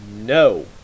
No